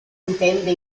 intende